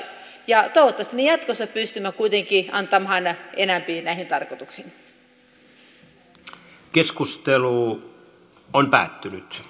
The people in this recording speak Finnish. toivottavasti me jatkossa pystymme kuitenkin antamaan enempi näihin tarkoituksiin